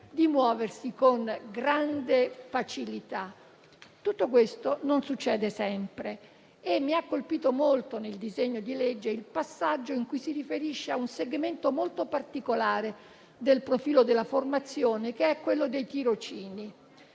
di muoversi con grande facilità. Tutto questo non succede sempre e mi ha colpito molto il passaggio del disegno di legge in cui ci si riferisce a un segmento molto particolare del profilo della formazione, che è quello dei tirocini.